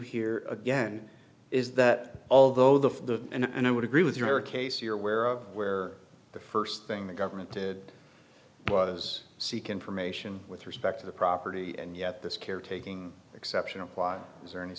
here again is that although the and i would agree with your case your where of where the first thing the government did was seek information with respect to the property and yet this caretaking exceptional is there any